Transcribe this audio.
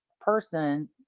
person